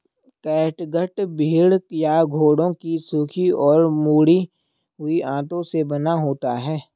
catgut भेड़ या घोड़ों की सूखी और मुड़ी हुई आंतों से बना होता है